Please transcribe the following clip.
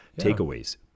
takeaways